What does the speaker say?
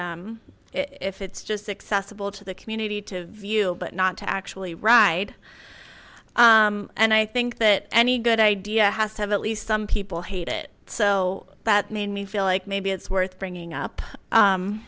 is if it's just successful to the community to view but not to actually ride and i think that any good idea has to have at least some people hate it so that made me feel like maybe it's worth bringing up